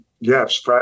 yes